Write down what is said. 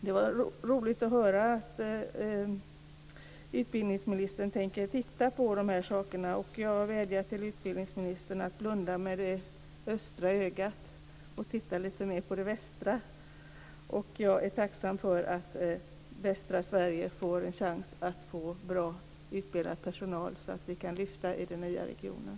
Det var roligt att höra att utbildningsministern tänker titta på de här sakerna. Jag vädjar till utbildningsministern att blunda med det östra ögat och titta lite extra med det västra. Jag är tacksam för att västra Sverige får en chans att erhålla bra utbildad personal, så att vi kan lyfta den nya regionen.